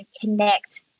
connect